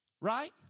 Right